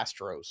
Astros